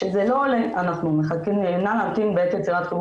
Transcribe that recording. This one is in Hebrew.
שזה לא עולה אנחנו מחכים 'נא להמתין בעת יצירת חיבור